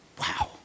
wow